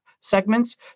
segments